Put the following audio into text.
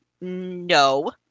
no